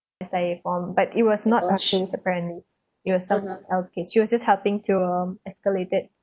S_I_A form but it was not her case apparently it was someone else's case she was just helping to um escalate it